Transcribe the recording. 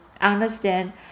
understand